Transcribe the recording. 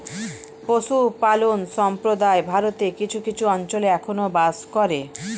পশুপালক সম্প্রদায় ভারতের কিছু কিছু অঞ্চলে এখনো বাস করে